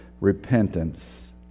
repentance